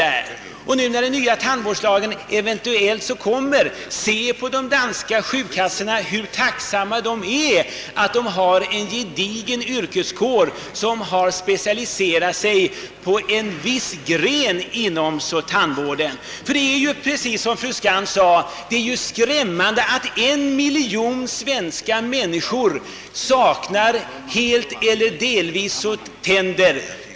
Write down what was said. tuellt kommer kan det vara skäl att beakta, hur tacksamma de danska sjukkassorna är över att ha en gedigen yrkeskår som har specialiserat sig på en viss gren inom tandvården. Det är ju, som fru Skantz nämnde, skrämmande att en miljon svenska människor helt eller delvis saknar tänder.